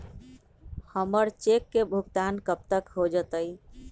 हमर चेक के भुगतान कब तक हो जतई